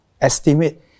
estimate